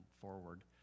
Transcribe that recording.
forward